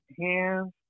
hands